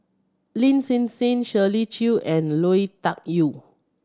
Lin Hsin Hsin Shirley Chew and Lui Tuck Yew